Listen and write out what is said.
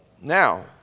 Now